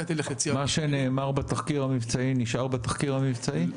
מתי תלך לציר --- מה שנאמר בתחקיר המבצעי נשאר בתחקיר המבצעי?